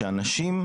היא שאנשים,